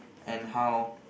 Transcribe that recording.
and how